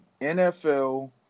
NFL